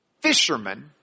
fishermen